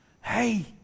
Hey